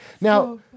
Now